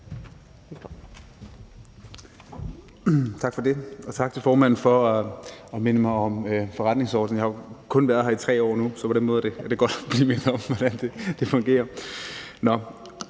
Tak for det, og tak til formanden for at minde mig om forretningsordenen. Jeg har jo kun været her i 3 år nu, så på den måde er det godt at blive mindet om, hvordan det fungerer.